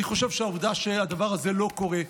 אני חושב שהעובדה שהדבר הזה לא קורה,